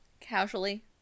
Casually